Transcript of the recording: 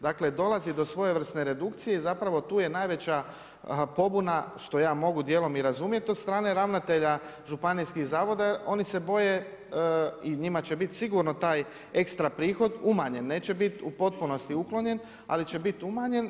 Dakle dolazi do svojevrsne redukcije i zapravo tu je najveća pobuna što ja mogu dijelom i razumjeti od strane ravnatelja županijskih zavoda, oni se boje i njima će biti sigurno taj ekstra prihod umanjen, neće biti u potpunosti uklonjen ali će biti umanjen.